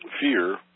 fear